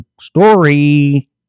story